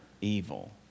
evil